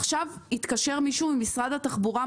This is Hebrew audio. עכשיו התקשר מישהו ממשרד התחבורה,